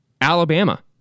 Alabama